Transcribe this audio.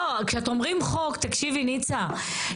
לא, כשאומרים חוק, תקשיבי ניצה.